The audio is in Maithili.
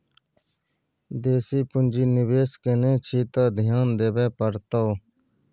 देखी पुंजी निवेश केने छी त ध्यान देबेय पड़तौ